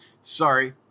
Sorry